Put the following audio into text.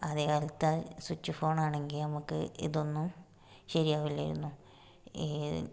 ആദ്യകാലത്തെ switch phone ആണെങ്കിൽ നമുക്ക് ഇതൊന്നും ശരിയാവില്ലായിരുന്നു ഈ